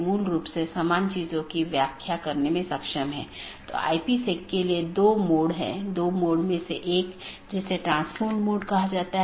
BGP पड़ोसी या BGP speaker की एक जोड़ी एक दूसरे से राउटिंग सूचना आदान प्रदान करते हैं